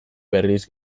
berriz